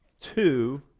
two